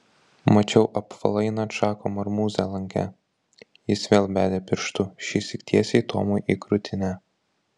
mačiau apvalainą čako marmūzę lange jis vėl bedė pirštu šįsyk tiesiai tomui į krūtinę